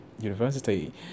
university